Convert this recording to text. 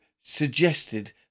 suggested